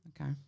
okay